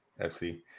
FC